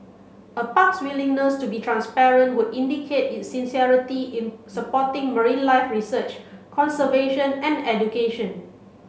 a park's willingness to be transparent would indicate its sincerity in supporting marine life research conservation and education